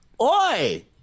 Oi